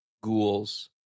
ghouls